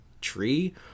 tree